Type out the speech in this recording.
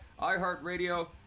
iHeartRadio